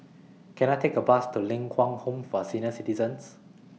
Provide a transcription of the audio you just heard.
Can I Take A Bus to Ling Kwang Home For Senior Citizens